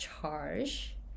charge